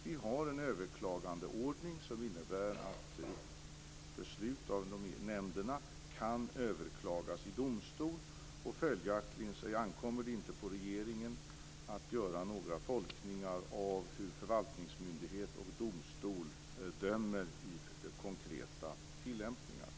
Vi har en överklagandeordning som innebär att beslut av nämnderna kan överklagas i domstol. Följaktligen ankommer det inte på regeringen att göra några tolkningar av hur förvaltningsmyndighet och domstol dömer vid den konkreta tillämpningen.